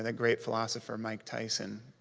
and great philosopher, mike tyson.